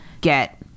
get